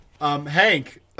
hank